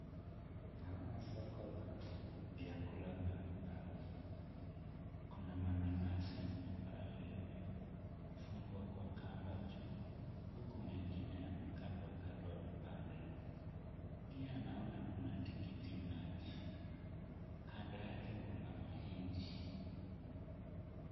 Naona soko la vyakula mbalimbali kuna mananasi ambayo yamefungwa kwa kamba juu huku mengine yamekatwa katwa vipande, pia naona kuna tikiti maji, kando yake kuna mahindi.